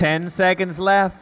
ten seconds left